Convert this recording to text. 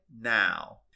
now